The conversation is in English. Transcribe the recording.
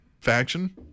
faction